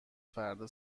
فردا